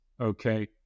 okay